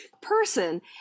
person